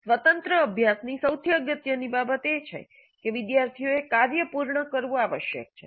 સ્વતંત્ર અભ્યાસની સૌથી અગત્યની બાબત એ છે કે વિદ્યાર્થીઓએ કાર્ય પૂર્ણ કરવું આવશ્યક છે